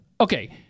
okay